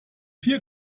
vier